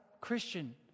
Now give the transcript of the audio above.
Christian